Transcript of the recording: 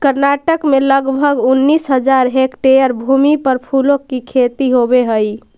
कर्नाटक में लगभग उनीस हज़ार हेक्टेयर भूमि पर फूलों की खेती होवे हई